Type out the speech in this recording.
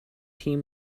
team